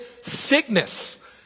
sickness